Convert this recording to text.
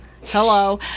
Hello